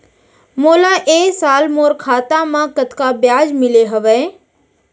मोला ए साल मोर खाता म कतका ब्याज मिले हवये?